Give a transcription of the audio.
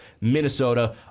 Minnesota